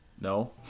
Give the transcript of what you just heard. No